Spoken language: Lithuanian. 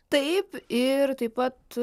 taip ir taip pat